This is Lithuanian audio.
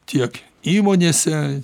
tiek įmonėse